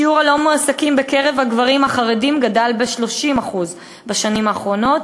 שיעור הלא-מועסקים בקרב הגברים החרדים גדל ב-30% בשנים האחרונות,